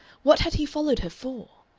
what had he followed her for?